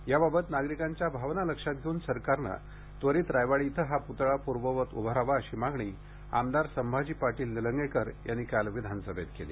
याबाबत नागरिकांच्या भावना लक्षात घेऊन सरकारने त्वरित रायवाडी येथे हा प्रतळा पूर्ववत उभारावा अशी मागणी आमदार संभाजी पाटील निलंगेकर यांनी काल विधानसभेत केली